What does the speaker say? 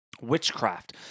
witchcraft